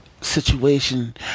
situation